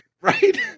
right